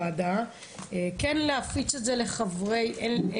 בוועדה, כן להפיץ את זה לחברי הוועדה.